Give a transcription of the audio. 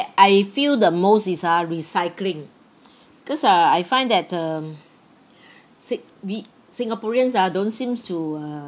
I feel the most is ah recycling cause uh I find that um si~ we singaporeans ah don't seem to uh